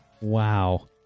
Wow